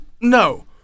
No